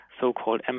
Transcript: so-called